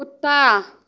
कुत्ता